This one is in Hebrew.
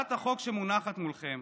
הצעת החוק שמונחת מולכם,